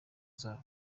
z’abo